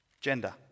gender